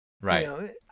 Right